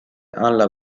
alla